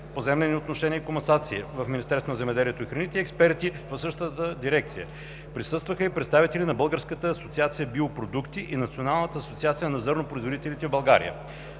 „Поземлени отношения и комасация“ в Министерството на земеделието и храните и експерти в същата дирекция. Присъстваха и представители на Българската Асоциация Биопродукти и Националната асоциация на зърнопроизводителите в България.